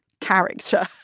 character